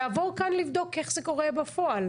יעבור כאן לבדוק איך זה קורה בפועל.